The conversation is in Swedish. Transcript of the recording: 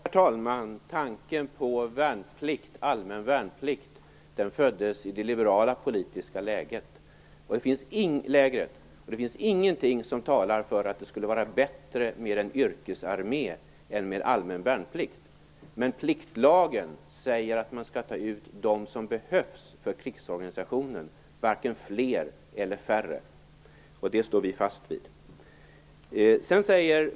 Herr talman! Tanken på allmän värnplikt föddes i det liberala politiska lägret, och det finns ingenting som talar för att det skulle vara bättre med en yrkesarmé än med allmän värnplikt. Men pliktlagen säger att man skall ta ut dem som behövs för krigsorganisationen, varken fler eller färre. Det står vi fast vid.